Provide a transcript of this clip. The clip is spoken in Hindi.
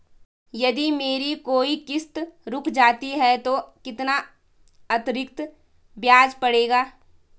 यदि मेरी कोई किश्त रुक जाती है तो कितना अतरिक्त ब्याज पड़ेगा?